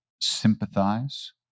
sympathize